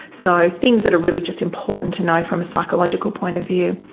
so things that are really just important to know from a psychological point of view.